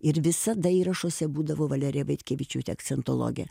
ir visada įrašuose būdavo valerija vaitkevičiūtė akcentologė